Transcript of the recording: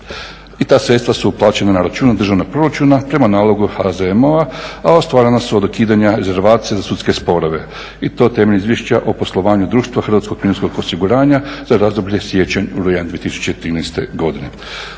I ta sredstva su uplaćena na račun od državnog proračuna prema nalogu HZMO-a a ostvarena su od ukidanja rezervacije za sudske sporove. I to temeljem Izvješća o poslovanju Društva hrvatskog mirovinskog osiguranja za razdoblje siječanj/rujan 2013. godine.